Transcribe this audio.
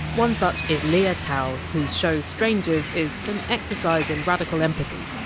one such is lea ah thau, whose show strangers is an exercise in radical empathy.